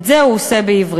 את זה הוא עושה בעברית.